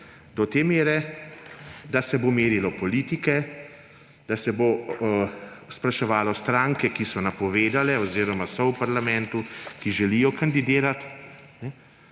do te mere, da se bo merilo politike, da se bo spraševalo stranke, ki so napovedale oziroma so v parlamentu, ki želijo kandidirati,